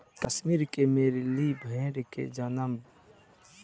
कश्मीर के मेरीनो भेड़ के जन्म भद्दी आ भकरवाल के मिले से होला